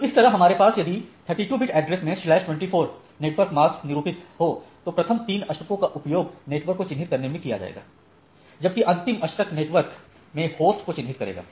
तो इस तरह हमारे पास यदि 32 bit एड्रेस में स्लैश 24 24 नेटवर्क मास्क निरूपित हो तो प्रथम तीन अष्टको का उपयोग नेटवर्क को चिन्हित करने में किया जाएगा जबकि अंतिम अष्टक नेटवर्क में होस्ट को चिन्हित करेगा